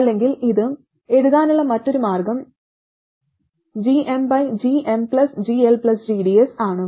അല്ലെങ്കിൽ ഇത് എഴുതാനുള്ള മറ്റൊരു മാർഗം ggmgmGLgds ആണ്